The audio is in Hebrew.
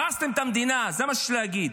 הרסתם את המדינה, זה מה שיש לי להגיד.